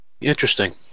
Interesting